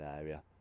area